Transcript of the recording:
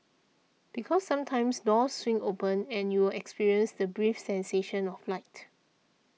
because sometimes doors swing open and you'll experience the brief sensation of flight